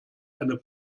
eine